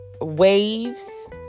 waves